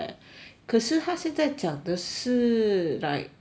可是他现在讲的是 like err